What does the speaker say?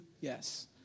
Yes